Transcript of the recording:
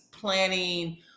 planning